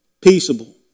peaceable